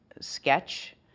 sketch